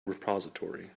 repository